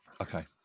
Okay